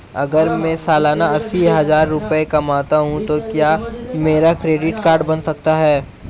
अगर मैं सालाना अस्सी हज़ार रुपये कमाता हूं तो क्या मेरा क्रेडिट कार्ड बन सकता है?